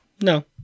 No